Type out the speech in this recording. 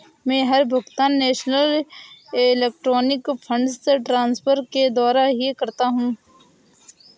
मै हर भुगतान national electronic funds transfer के द्वारा ही करता हूँ